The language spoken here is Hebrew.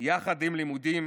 יחד עם לימודים,